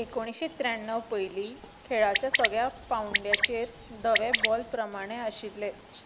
एकुणशेंत्र्याणव पयलीं खेळाच्या सगळ्या पांवड्यांचेर धवे बॉल प्रमाणे आशिल्ले